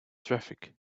traffic